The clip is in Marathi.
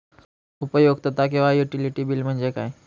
उपयुक्तता किंवा युटिलिटी बिल म्हणजे काय?